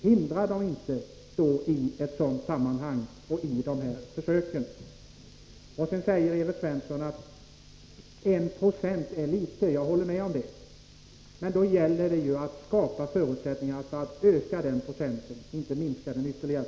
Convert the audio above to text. Hindra dem inte i sådana försök! Sedan säger Evert Svensson att 1 9 är litet. Jag håller med om det. Då gäller det att skapa förutsättningar för en ökning av denna andel, inte minska den ytterligare.